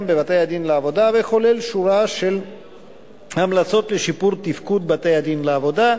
בבתי-הדין לעבודה וכולל שורה של המלצות לשיפור תפקוד בתי-הדין לעבודה,